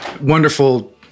wonderful